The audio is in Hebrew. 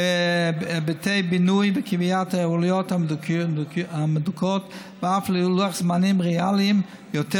היבטי בינוי וקביעת העלויות המדויקות ואף לוחות זמנים ריאליים יותר,